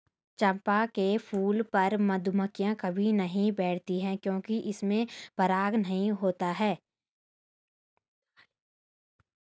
चंपा के फूल पर मधुमक्खियां कभी नहीं बैठती हैं क्योंकि इसमें पराग नहीं होता है